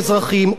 אופציה,